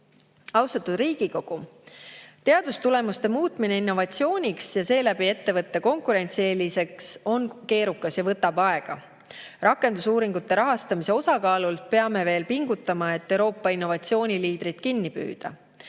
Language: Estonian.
Austatud Riigikogu! Teadustulemuste muutmine innovatsiooniks ja seeläbi ettevõtte konkurentsieelisteks on keerukas ja võtab aega. Rakendusuuringute rahastamise osakaalult peame veel pingutama, et Euroopa innovatsiooniliidrid kinni püüda.